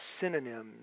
synonyms